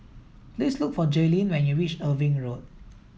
please look for Jailyn when you reach Irving Road